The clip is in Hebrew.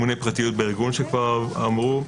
ממונה פרטיות בארגון, שכבר אמרו.